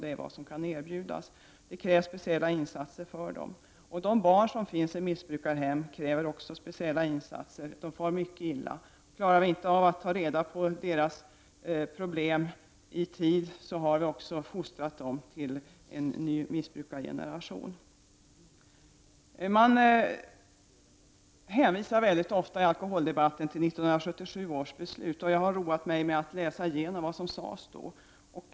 Det är vad som kan erbjudas. Det krävs speciella insatser för dessa kvinnor. De barn som finns i missbrukarhem kräver också speciella insatser. De far mycket illa. Om vi inte klarar av att ta hand om deras problem i tid har vi fostrat dem till en ny missbrukargeneration. I alkoholdebatten hänvisar man mycket ofta till 1977 års beslut. Jag har roat mig med att läsa igenom vad som då sades.